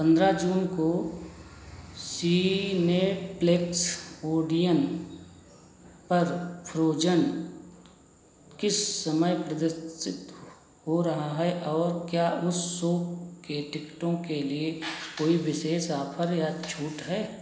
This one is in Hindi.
पंद्रह जून को सिनेप्लेक्स ओडियन पर फ्रोज़न किस समय प्रदर्शित हो रही है और क्या उस शो के टिकटों के लिए कोई विशेष ऑफ़र या छूट है